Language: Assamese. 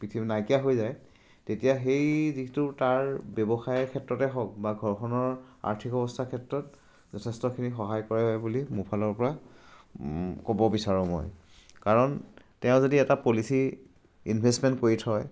পৃথিৱীত নাইকিয়া হৈ যায় তেতিয়া সেই যিটো তাৰ ব্যৱসায়ৰ ক্ষেত্ৰতে হওক বা ঘৰখনৰ আৰ্থিক অৱস্থাৰ ক্ষেত্ৰত যথেষ্টখিনি সহায় কৰে বুলি মোৰ ফালৰপৰা ক'ব বিচাৰোঁ মই কাৰণ তেওঁ যদি এটা পলিচী ইনভেষ্টমেণ্ট কৰি থয়